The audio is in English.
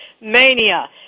mania